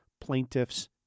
plaintiffs